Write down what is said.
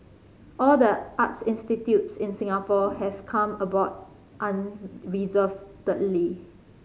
all the arts institutes in Singapore have come aboard unreservedly